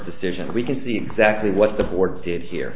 decision and we can see exactly what the board did here